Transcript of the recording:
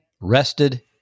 rested